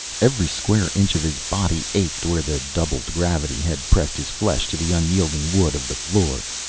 every square inch of his body ached where the doubled gravity had pressed his flesh to the unyielding wood of the floor.